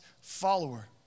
follower